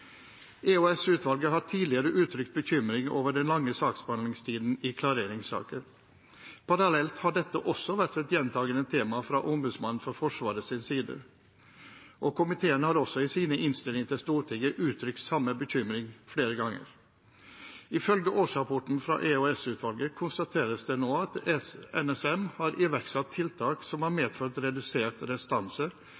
har tidligere uttrykt bekymring over den lange saksbehandlingstiden i klareringssaker. Parallelt har dette også vært et gjentagende tema fra Ombudsmannen for Forsvaret sin side, og komiteen har også i sine innstillinger til Stortinget uttrykt samme bekymring flere ganger. Ifølge årsrapporten fra EOS-utvalget konstateres det nå at NSM har iverksatt tiltak som har